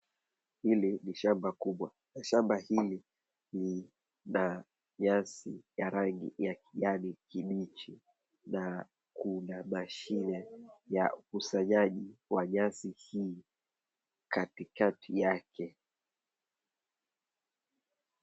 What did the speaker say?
Hili ni shamba kubwa na shamba hili lina nyasi ya rangi ya kijani kibichi na kuna mashine ya ukusanyaji wa nyasi hii katikati yake.